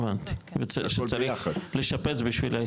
הבנתי, צריך לשפץ בשביל לאכלס.